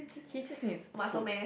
he just needs a food